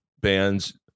bands